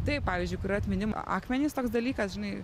taip pavyzdžiui kur yra atminimo akmenys toks dalykas žinai